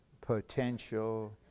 potential